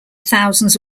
thousands